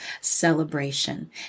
celebration